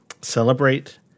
Celebrate